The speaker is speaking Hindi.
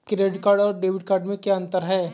क्रेडिट कार्ड और डेबिट कार्ड में क्या अंतर है?